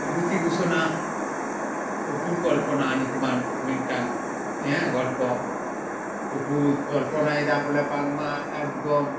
ᱵᱤᱵᱷᱩᱛᱤ ᱵᱷᱩᱥᱚᱱᱟᱜ ᱚᱯᱩᱨᱠᱚᱞᱯᱚᱱᱟ ᱧᱩᱛᱩᱢᱟᱱ ᱢᱤᱫᱴᱟᱝ ᱜᱚᱞᱯᱚ ᱚᱯᱩᱭ ᱠᱚᱞᱯᱚᱱᱟᱭᱮᱫᱟ ᱵᱚᱞᱮ ᱵᱟᱝᱢᱟ ᱮᱠᱫᱚᱢ